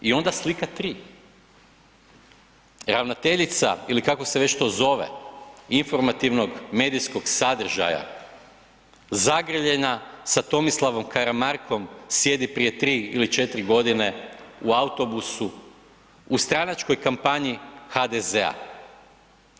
I onda slika 3, ravnateljica ili kako se to već zove informativnog medijskog sadržaja, zagrljena sa Tomislavom Karamarkom sjedi prije 3 ili 4 godine u autobusu u stranačkoj kampanji HDZ-a.